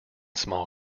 small